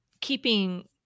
keeping